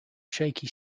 shaky